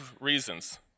reasons